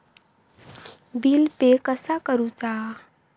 Bill pay कसा करुचा?